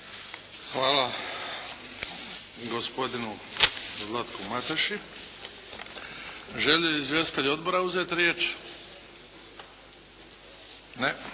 Hvala gospodinu Zlatku Mateši. Želi li izvjestitelj odbora uzeti riječ? Ne.